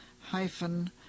hyphen